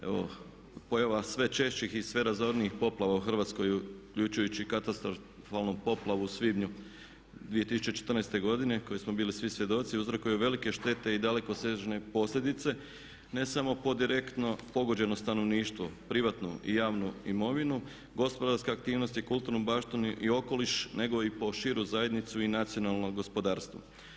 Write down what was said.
Evo pojava sve češćih i sve razorniji poplava u Hrvatskoj uključujući i katastrofalnu poplavu u svibnju 2014. godine koje smo bili svi svjedoci uzrokuje velike štete i dalekosežne posljedice ne samo po direktno pogođeno stanovništvo, privatnu i javnu imovinu, gospodarske aktivnosti, kulturnu baštinu i okoliš nego i po širu zajednicu i nacionalno gospodarstvo.